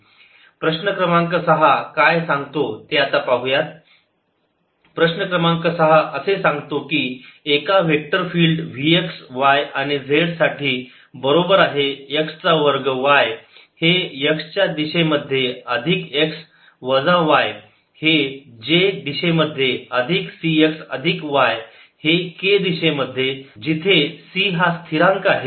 dS01r4dr 11θdcos θ02πϕdϕ15 111 X2dX02π1 2dϕ1543×π4π15 प्रश्न क्रमांक सहा काय सांगतोय ते आता पाहू यात प्रश्न क्रमांक सहा असे सांगतो की एका वेक्टर फिल्ड Vx y आणि z साठी बरोबर आहे x चा वर्ग y हे x च्या दिशेमध्ये अधिक x वजा y हे j दिशेमध्ये अधिक c x अधिक y हे k दिशेमध्ये जिथे c हा स्थिरांक आहे